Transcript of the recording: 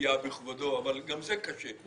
פגיעה בכבודו אבל גם זה קשה.